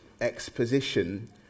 exposition